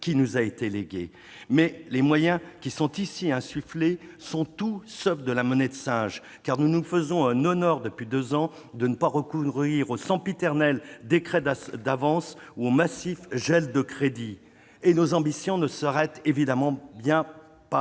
dont nous héritons. Mais les moyens insufflés sont tout sauf de la monnaie de singe, car nous nous faisons un honneur, depuis deux ans, de ne pas recourir aux sempiternels décrets d'avance ou aux massifs gels de crédits. Au reste, nos ambitions ne s'arrêtent évidemment pas